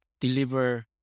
deliver